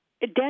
Dead